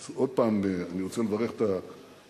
עוד פעם, אני רוצה לברך את הקואליציה,